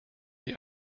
die